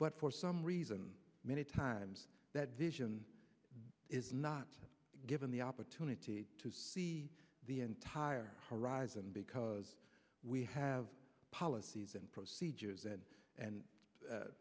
but for some reason many times that vision is not given the opportunity to see the entire horizon because we have policies and procedures and an